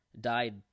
died